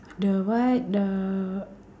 the what the